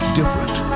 different